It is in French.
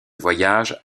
voyage